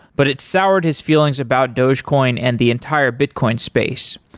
but it soured his feelings about dogecoin and the entire bitcoin space.